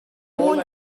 born